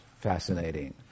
fascinating